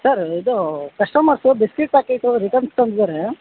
sir ಇದು customers biscuit packet returns ತಂದಿದ್ದಾರೆ